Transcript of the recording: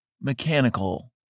mechanical